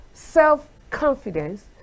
self-confidence